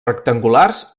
rectangulars